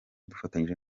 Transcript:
dufatanyije